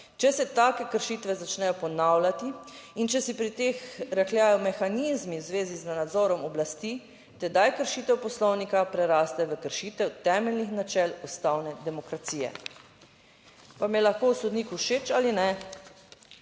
Če se take kršitve začnejo ponavljati in če se pri teh rahljajo mehanizmi v zvezi z nadzorom oblasti, tedaj kršitev Poslovnika preraste v kršitev temeljnih načel ustavne demokracije. Pa mi je lahko sodnik všeč ali ne,